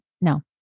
no